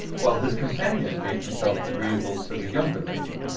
while his companion made himself agreeable to the younger lady.